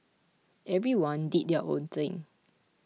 everyone did their own thing